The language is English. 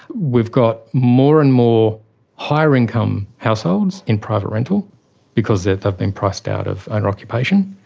we've got more and more higher income households in private rental because they've they've been priced out of owner occupation,